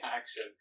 action